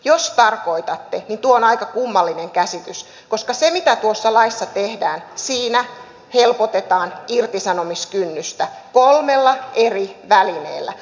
jos tarkoitatte niin tuo on aika kummallinen käsitys koska se mitä tuossa laissa tehdään on että siinä helpotetaan irtisanomiskynnystä kolmella eri välineellä